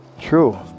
True